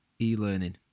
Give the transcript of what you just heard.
e-learning